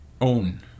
own